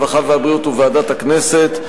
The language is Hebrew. הרווחה והבריאות וועדת הכנסת.